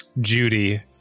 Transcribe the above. Judy